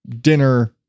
dinner